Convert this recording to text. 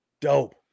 Dope